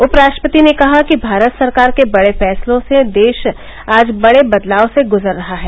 उपराष्ट्रपति ने कहा कि भारत सरकार के बड़े फैसलों से देश आज बड़े बदलाव से गुजर रहा है